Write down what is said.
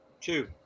Two